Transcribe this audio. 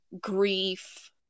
grief